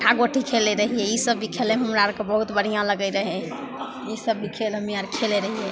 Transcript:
अट्ठा गोटी खेलै रहिए ईसब भी खेलैमे हमरा आओरके बहुत बढ़िआँ लागै रहै ईसब भी खेल हमे आओर खेलै रहिए